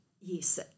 yes